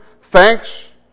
thanks